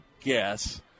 guess